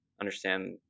understand